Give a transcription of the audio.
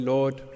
Lord